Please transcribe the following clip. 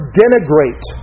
denigrate